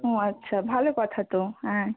ও আচ্ছা ভালো কথা তো হ্যাঁ